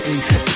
East